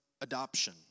adoption